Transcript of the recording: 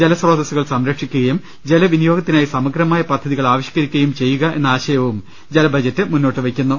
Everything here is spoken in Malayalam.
ജലസ്രോത സ്സുകൾ സംരക്ഷിക്കുകയും ജലവിനിയോഗത്തിനായി സമഗ്രമായ പദ്ധതികൾ ആവി ഷ്കരിക്കുകയും ചെയ്യുക എന്ന ആശയവും ജലബഡ്ജറ്റ് മുന്നോട്ട് വയ്ക്കുന്നു